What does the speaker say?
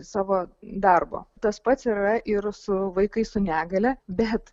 savo darbo tas pats yra ir su vaikais su negalia bet